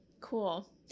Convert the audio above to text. Cool